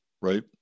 right